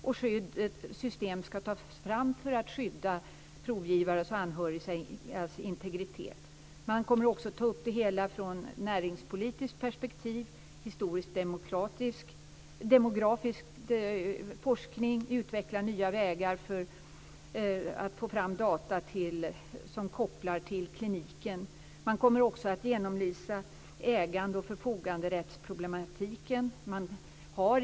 Ett system skall tas fram för att skydda provgivares och anhörigas integritet. Man kommer också att ta upp frågan från näringspolitiskt och historiskt-demografiskt perspektiv samt utveckla nya vägar för att få fram data som kopplas till kliniken. Man kommer att genomlysa äganderätts och förfoganderättsproblematiken.